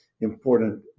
important